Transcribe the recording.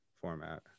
format